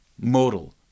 modal